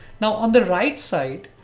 now on the right side,